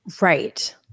Right